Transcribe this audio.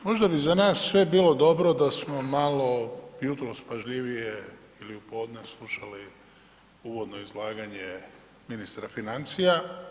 Možda bi za nas sve bilo dobro da smo malo jutros pažljivije ili u podne slušali uvodno izlaganje ministra financija.